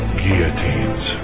guillotines